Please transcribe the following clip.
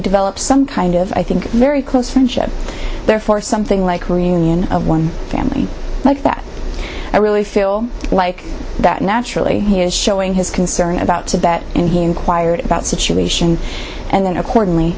develop some kind of i think very close friendship there for something like reunion of one family like that i really feel like that naturally here is showing his concern about tibet and he inquired about situation and then accordingly